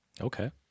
Okay